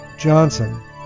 Johnson